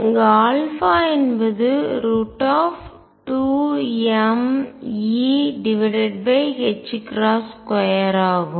அங்கு α என்பது √2mE2ஆகும்